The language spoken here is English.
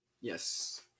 Yes